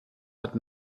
hat